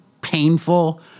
painful